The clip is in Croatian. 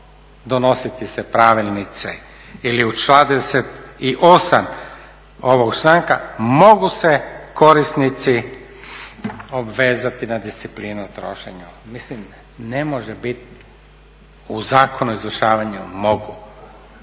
donositi pravilnici ili u 28.ovog … mogu se korisnici obvezati na disciplinu u trošenju. Mislim ne može biti u Zakonu o izvršavanju mogu